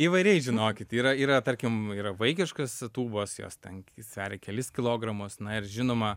įvairiai žinokit yra yra tarkim yra vaikiškos tūbos jos ten sveria kelis kilogramus na ir žinoma